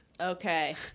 Okay